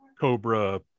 Cobra